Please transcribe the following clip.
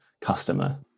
customer